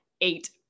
eight